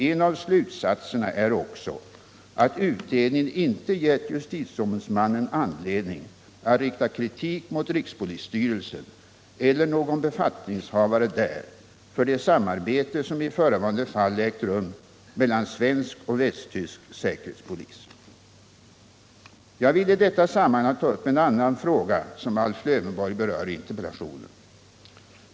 En av slutsatserna är också att utredningen inte gett justitieombudsmannen anledning att rikta kritik mot rikspolisstyrelsen eller någon befattningshavare där för det samarbete som i förevarande fall ägt rum mellan svensk och västtysk säkerhetspolis. Jag vill i detta sammanhang ta upp en annan fråga som Alf Lövenborg berör i interpellationen.